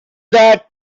that